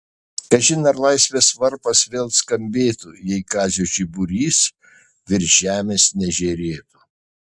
kažin ar laisvės varpas vėl skambėtų jei kazio žiburys virš žemės nežėrėtų